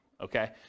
okay